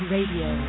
Radio